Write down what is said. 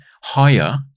higher